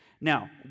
Now